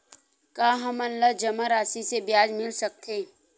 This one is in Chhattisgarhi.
का हमन ला जमा राशि से ब्याज मिल सकथे?